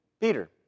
Peter